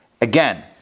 Again